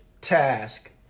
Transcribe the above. task